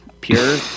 pure